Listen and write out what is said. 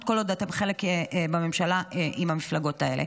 כל עוד אתם חלק בממשלה עם המפלגות האלה.